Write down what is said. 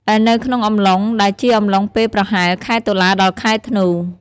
ដែលនៅក្នុងអំឡុង ដែលជាអំឡុងពេលប្រហែល ខែតុលា ដល់ ខែធ្នូ។